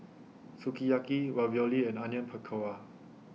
Sukiyaki Ravioli and Onion Pakora